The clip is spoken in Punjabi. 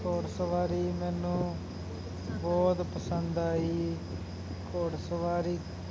ਘੋੜ ਸਵਾਰੀ ਮੈਨੂੰ ਬਹੁਤ ਪਸੰਦ ਆਈ ਘੋੜ ਸਵਾਰੀ